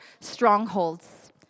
strongholds